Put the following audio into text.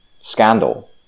scandal